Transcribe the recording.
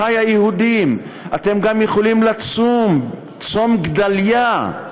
אחי היהודים, אתם גם יכולים לצום את צום גדליה,